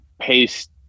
paste